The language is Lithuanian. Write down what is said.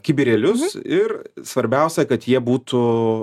kibirėlius ir svarbiausia kad jie būtų